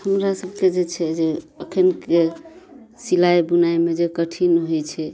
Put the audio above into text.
हमरा सबके जे छै जे अखनके सिलाइ बुनाइ शमे जे कठिनिइ होइ छै